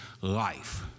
life